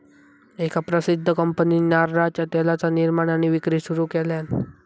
एका प्रसिध्द कंपनीन नारळाच्या तेलाचा निर्माण आणि विक्री सुरू केल्यान